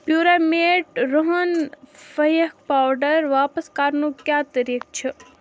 پیوٗرامیٹ رُہن پھٮ۪کھ واپس کرنُک کیٛاہ طریٖقہٕ چھ؟